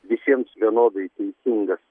visiems vienodai teisingas